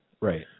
Right